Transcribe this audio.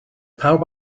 pawb